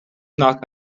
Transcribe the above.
knock